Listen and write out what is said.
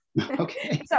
Okay